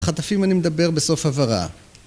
חטפים אני מדבר בסוף הברה